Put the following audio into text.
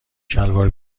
شلوار